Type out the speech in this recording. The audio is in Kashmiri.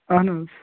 اَہَن حظ